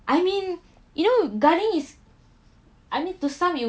I mean you know garden is I mean to some it'll